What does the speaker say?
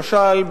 למשל,